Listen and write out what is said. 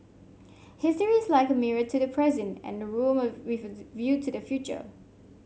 history is like a mirror to the present and a room of with view to the future